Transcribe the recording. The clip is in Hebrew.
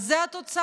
אז זו התוצאה.